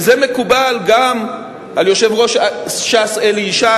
וזה מקובל גם על יושב-ראש ש"ס אלי ישי